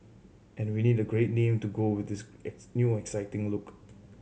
and we need a great name to go with this new exciting look